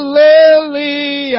lily